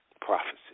prophecy